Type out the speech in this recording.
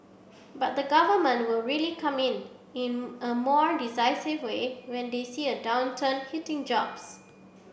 but the government will really come in in a more decisive way when they see a downturn hitting jobs